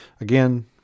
again